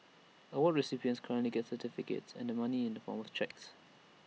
award recipients currently get certificates and the money in the form of cheques